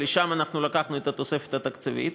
שלשם לקחנו את התוספת התקציבית,